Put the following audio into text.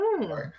Right